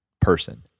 person